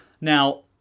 Now